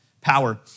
power